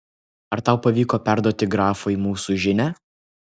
ar tau pavyko perduoti grafui mūsų žinią